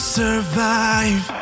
survive